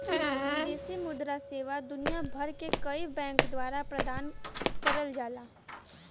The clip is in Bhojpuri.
विदेशी मुद्रा सेवा दुनिया भर के कई बैंक द्वारा प्रदान करल जाला